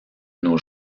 nos